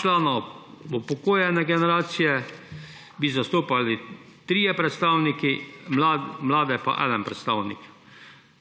Člane upokojenske generacije bi zastopali trije predstavniki, mlade pa en predstavnik.